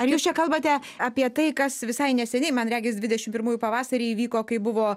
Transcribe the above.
ar jūs čia kalbate apie tai kas visai neseniai man regis dvidešim pirmųjų pavasarį įvyko kai buvo